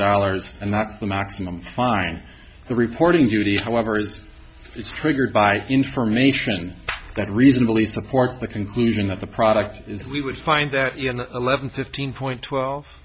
dollars and that's the maximum fine reporting duty however is it's triggered by information that reasonably supports the conclusion that the product is we would find that eleven fifteen point twelve